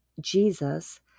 Jesus